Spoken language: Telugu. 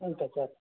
అంతే సార్